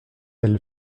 elle